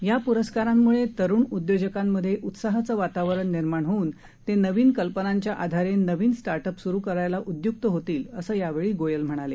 या प्रस्कारांम्ळे तरुण उद्योजकांमध्ये उत्साहाचं वातावरण निर्माण होऊन ते नवीन कल्पनांच्या आधारे नवीन स्टार्ट अप्स स्रु करायला उद्य्क्त होतील असं यावेळी गोयल म्हणाले